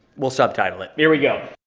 we'll subtitle it. here we go.